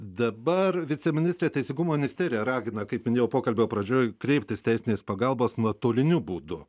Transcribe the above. dabar viceministrė teisingumo ministerija ragina kaip minėjau pokalbio pradžioje kreiptis teisinės pagalbos nuotoliniu būdu